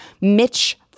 Mitch